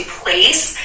place